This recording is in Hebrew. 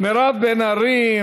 מירב בן ארי,